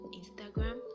instagram